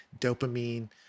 Dopamine